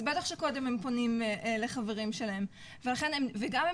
אז בטח שקודם הם פונים לחברים שלהם וגם הם